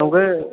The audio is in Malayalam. നമുക്ക്